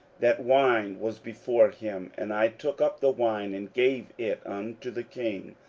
that wine was before him and i took up the wine, and gave it unto the king.